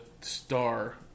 star